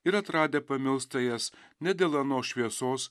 ir atradę pamilsta jas ne dėl anos šviesos